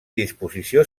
disposició